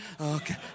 Okay